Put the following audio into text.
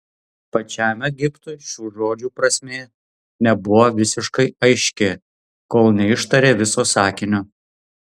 pačiam egiptui šių žodžių prasmė nebuvo visiškai aiški kol neištarė viso sakinio